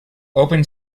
open